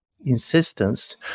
insistence